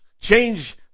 change